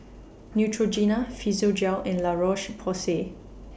Neutrogena Physiogel and La Roche Porsay